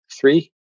three